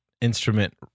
instrument